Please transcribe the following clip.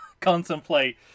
contemplate